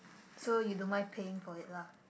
so you don't mind paying for it lah